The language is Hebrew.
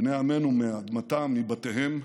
בני עמנו, מאדמתם, מבתיהם.